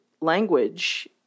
language